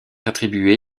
attribué